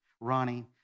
Ronnie